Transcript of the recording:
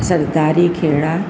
Sardari Kheda